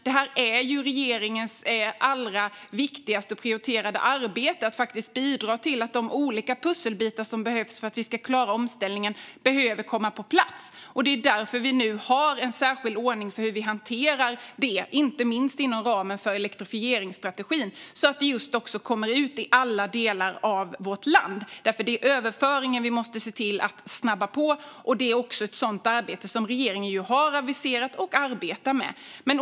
Det är regeringens mest prioriterade arbete att bidra till att de olika pusselbitar som behövs för att klara omställningen kommer på plats. Det är därför vi har en särskild ordning för hur vi hanterar det, inte minst inom ramen för elektrifieringsstrategin, så att det just kommer ut till alla delar av vårt land. Överföringen måste snabbas på, och ett sådant arbete har regeringen aviserat.